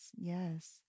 yes